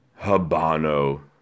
Habano